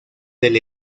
del